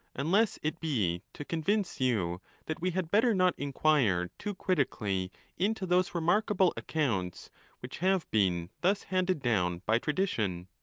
unless it be to convince you that we had better not inquire too critically into those remarkable accounts which have been thus handed down by tradition.